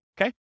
Okay